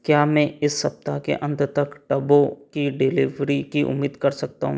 क्या मैं इस सप्ताह के अंत तक टबों की डिलीवरी की उम्मीद कर सकता हूँ